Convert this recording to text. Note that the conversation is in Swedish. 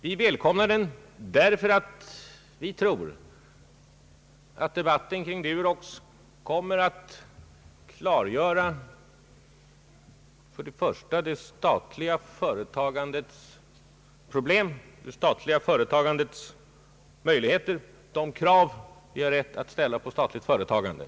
Vi välkomnar den därför att vi tror först och främst att debatten kring Duroxaffären kommer att klargöra det statliga företagandets problem, det statliga företagandets möjligheter och de krav som vi har rätt att ställa på det statliga företagandet.